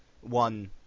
one